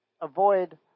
avoid